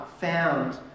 found